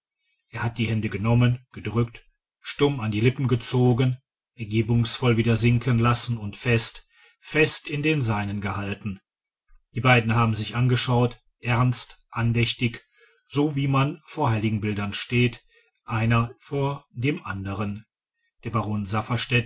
er hat die hände genommen gedrückt stumm an die lippen gezogen ergebungsvoll wieder sinken lassen und fest fest in den seinen gehalten die beiden haben sich angeschaut ernst andächtig so wie man vor heiligenbildern steht einer vor dem andern der baron